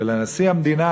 ולנשיא המדינה,